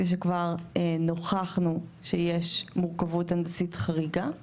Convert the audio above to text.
שבה כבר נוכחנו שיש מורכבות הנדסית חריגה,